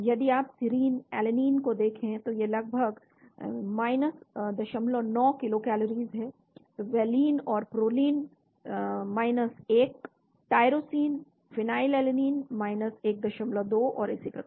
यदि आप serine alanine को देखें तो यह लगभग 09 किलोकलरीज है तो वेलिन और प्रोलीन 1 टाइरोसिन फेनिलएलनिन 12 और इसी तरह